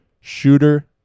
Shooter